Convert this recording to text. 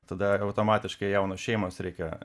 tada automatiškai jaunos šeimos reikia